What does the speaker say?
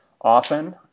often